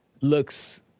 looks